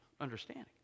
understanding